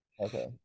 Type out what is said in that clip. Okay